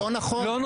לא.